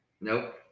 Nope